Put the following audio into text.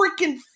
freaking